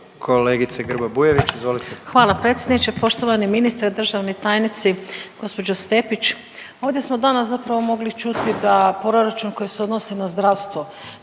izvolite. **Grba-Bujević, Maja (HDZ)** Hvala predsjedniče. Poštovani ministre, državni tajnice, gđo. Stepić, ovdje smo danas zapravo mogli čuti da proračun koji se odnosi na zdravstvo,